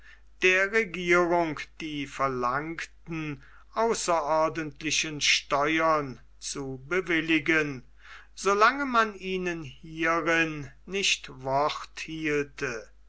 der regierung die verlangten außerordentlichen steuern zu bewilligen so lange man ihnen hierin nicht wort hielte